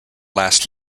last